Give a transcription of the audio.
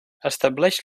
estableix